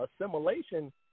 assimilation